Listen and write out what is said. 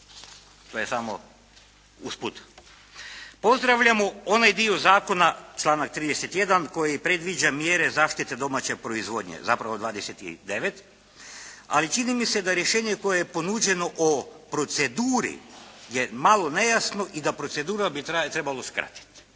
To je samo, usput. Pozdravljamo onaj dio Zakona, članak 31. koji predviđa mjere zaštite domaće proizvodnje, zapravo 29. ali čini mi se da rješenje koje je ponuđeno o proceduri je malo nejasno i da proceduru bi trebalo skratiti.